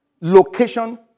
location